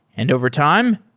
and overtime,